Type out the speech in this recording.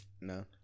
No